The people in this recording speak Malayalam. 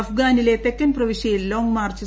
അഫ്ഗാനിലെ തെക്കൻ പ്രവിശ്യയിൽ ലോങ്മാർച്ച് പി